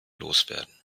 loswerden